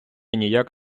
ніяк